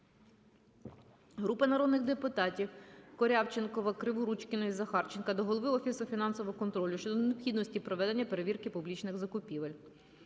Групи народних депутатів (Корявченкова, Криворучкіної, Захарченка) до голови Офісу фінансового контролю щодо необхідності проведення перевірки публічних закупівель.